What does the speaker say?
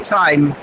time